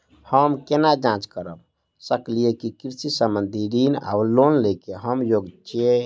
हम केना जाँच करऽ सकलिये की कृषि संबंधी ऋण वा लोन लय केँ हम योग्य छीयै?